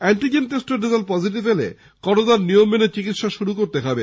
antigen টেস্টের result positive এলে করোনার নিয়ম মেনে চিকিৎসা শুরু করতে হবে